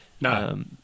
No